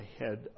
ahead